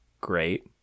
Great